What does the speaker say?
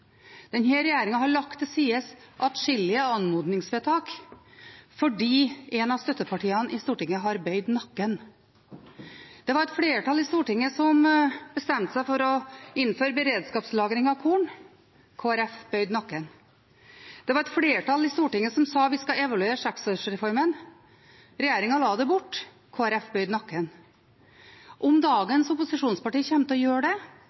har lagt til side atskillige anmodningsvedtak fordi et av støttepartiene i Stortinget har bøyd nakken. Det var et flertall i Stortinget som bestemte seg for å innføre beredskapslagring av korn – Kristelig Folkeparti bøyde nakken. Det var et flertall i Stortinget som sa at vi skal evaluere seksårsreformen. Regjeringen la det bort, Kristelig Folkeparti bøyde nakken. Om dagens opposisjonsparti kommer til å gjøre det,